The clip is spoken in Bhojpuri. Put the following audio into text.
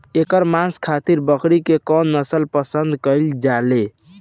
एकर मांस खातिर बकरी के कौन नस्ल पसंद कईल जाले?